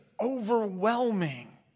overwhelming